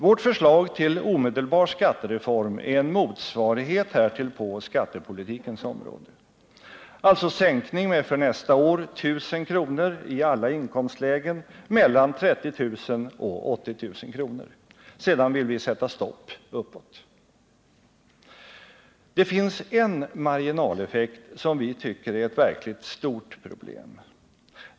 Vårt förslag till omedelbar skattereform är en motsvarighet härtill på skattepolitikens område. Det innebär alltså en sänkning med för nästa år 1000 kr. i alla inkomstlägen mellan 30 000 och 80 000 kr. Sedan vill vi sätta stopp uppåt. Det finns en marginaleffekt som vi tycker är ett verkligt stort problem.